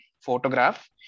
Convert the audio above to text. photograph